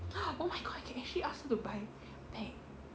oh my god I can actually ask him to buy back